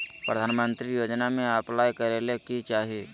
प्रधानमंत्री योजना में अप्लाई करें ले की चाही?